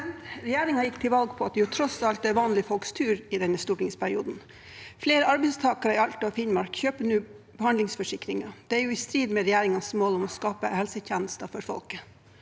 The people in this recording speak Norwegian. Regjeringen gikk til valg på at det tross alt er vanlige folks tur i denne stortingsperioden. Flere arbeidstakere i Alta og Finnmark kjøper nå behandlingsforsikringer. Det er jo i strid med regjeringens mål om å skape helsetjenester for folket.